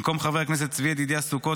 במקום חבר הכנסת צבי ידידיה סוכות